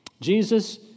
Jesus